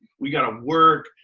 we gotta work.